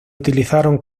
utilizaron